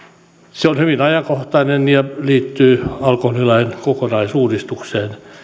se on hyvin ajankohtainen ja liittyy alkoholilain kokonaisuudistukseen